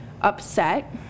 upset